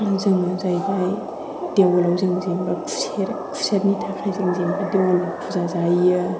जोङो जाहैबाय देवोलआव जों जेनेबा खुसेर खुसेरनि थाखाय जों जेनेबा देवोल फुजा जाहैयो